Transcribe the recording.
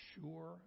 sure